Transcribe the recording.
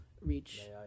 reach